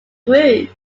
group